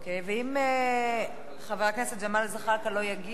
אם חבר הכנסת ג'מאל זחאלקה לא יגיע,